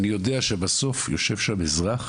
אני יודע שבסוף יושב שם אזרח